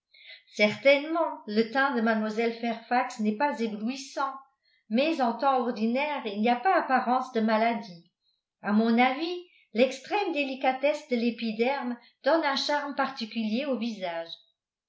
certainement le teint de mlle fairfax n'est pas éblouissant mais en temps ordinaire il n'y a pas apparence de maladie à mon avis l'extrême délicatesse de l'épiderme donne un charme particulier au visage